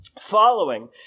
following